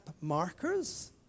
markers